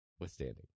withstanding